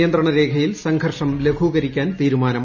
നിയന്ത്രണരേഖയിൽ സംഘർഷം ലഘൂകരിക്കാൻ തീരുമാനം